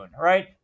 right